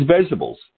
vegetables